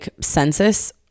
census